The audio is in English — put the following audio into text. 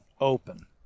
open